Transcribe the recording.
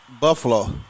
Buffalo